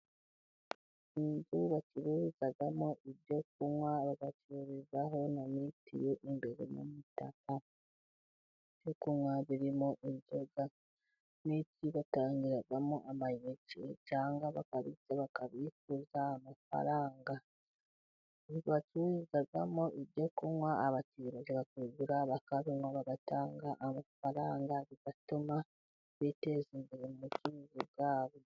Inzu bacururizamo ibyo kunywa, bacururizaho na mitiyu imbere mu mutaka, ibyo kunywa birimo inzoga, mitiyu batangiramo amayinite cyangwa bakabitsa bakabikuza amafaranga, inzu bacururizamo ibyo kunywa abakiriye baza bakabigura bakabinywa, bagatanga amafaranga bigatuma biteza imbere mu bucuruzi bwabo.